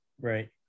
Right